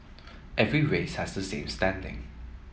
every race has the same standing